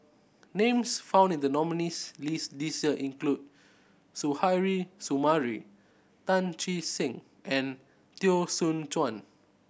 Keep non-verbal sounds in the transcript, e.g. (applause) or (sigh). names found in the nominees' list this year include (unintelligible) Sumari Tan Che Sang and Teo Soon Chuan